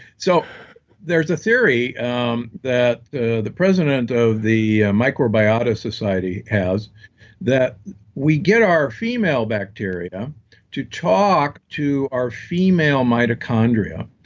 so there's a theory um that the the president of the microbiologist society has that we get our female bacteria to talk to our female mitochondria,